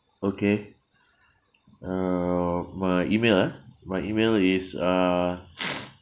okay uh my email ah my email is uh